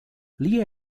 lia